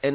N